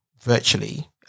virtually